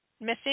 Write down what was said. missing